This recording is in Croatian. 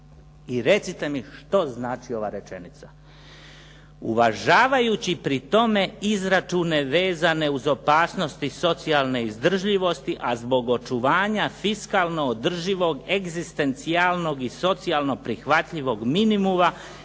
i recite mi što znači ova rečenica? Uvažavajući pri tome izračune vezane uz opasnosti socijalne izdržljivosti, a zbog očuvanja fiskalno održivog egzistencijalnog i socijalno prihvatljivog minimuma